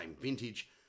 vintage